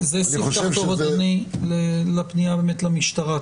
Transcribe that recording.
זה סיפתח טוב, אדוני, לפנייה למשטרה.